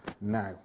now